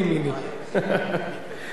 בבקשה, אדוני.